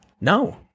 No